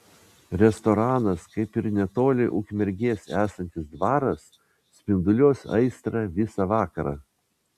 restoranas kaip ir netoli ukmergės esantis dvaras spinduliuos aistrą visa vakarą